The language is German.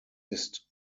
ist